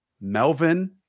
Melvin